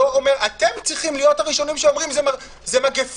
אתם צריכים להיות הראשונים שאומרים שזו מגפה,